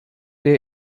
der